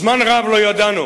זמן רב לא ידענו